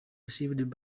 received